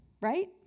right